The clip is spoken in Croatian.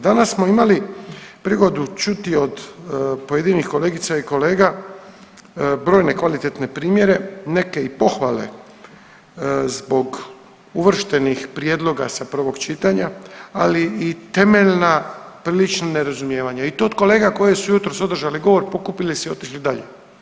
Danas smo imali prigodu čuti od pojedinih kolegica i kolega brojne kvalitetne primjere, neke i pohvale zbog uvrštenih prijedloga sa prvog čitanja, ali i temeljna prilična nerazumijevanja i to od kolega koje su jutros održale govor, pokupile se i otišli dalje.